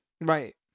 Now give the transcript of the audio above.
right